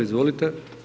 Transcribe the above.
Izvolite.